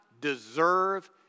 deserve